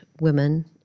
women